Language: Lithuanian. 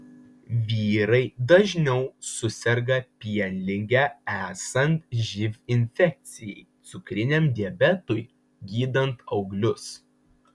vyrai dažniau suserga pienlige esant živ infekcijai cukriniam diabetui gydant auglius